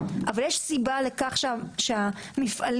אבל סיבה לכך שהמפעלים,